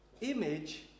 image